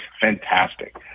Fantastic